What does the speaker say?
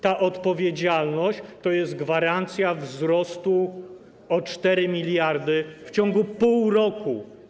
Ta odpowiedzialność to jest gwarancja wzrostu o 4 mld w ciągu pół roku.